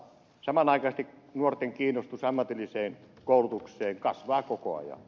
samanaikaisesti nuorten kiinnostus ammatilliseen koulutukseen kasvaa koko ajan